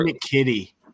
kitty